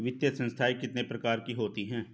वित्तीय संस्थाएं कितने प्रकार की होती हैं?